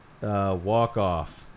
walk-off